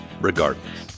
regardless